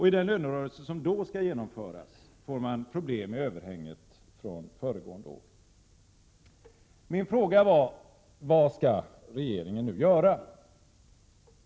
I den lönerörelse som då skall genomföras får man problem med överhänget från föregående år. Min fråga var: Vad skall regeringen nu göra?